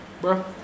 Bro